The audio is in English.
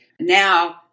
Now